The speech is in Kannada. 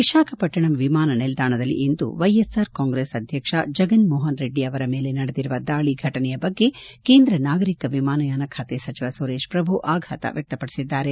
ವಿಶಾಖಪಟ್ಟಣಂ ವಿಮಾನ ನಿಲ್ದಾಣದಲ್ಲಿಂದು ವೈಎಸ್ಆರ್ ಕಾಂಗ್ರೆಸ್ ಅಧ್ಯಕ್ಷ ಜಗನ್ಮೋಹನ್ ರೆಡ್ಡಿ ಅವರ ಮೇಲೆ ನಡೆದಿರುವ ದಾಳಿ ಫಟನೆಯ ಬಗ್ಗೆ ಕೇಂದ್ರ ನಾಗರಿಕ ವಿಮಾನಯಾನ ಖಾತೆ ಸಚಿವ ಸುರೇಶ್ ಪ್ರಭು ಆಘಾತ ವ್ಚಕ್ತಪಡಿಸಿದ್ದಾರೆ